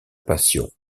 passion